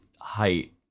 height